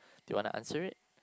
do you want to answer it